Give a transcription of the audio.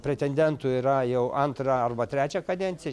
pretendentų yra jau antrą arba trečią kadenciją